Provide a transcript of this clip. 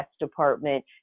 department